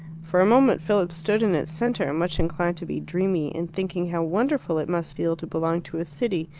for a moment philip stood in its centre, much inclined to be dreamy, and thinking how wonderful it must feel to belong to a city,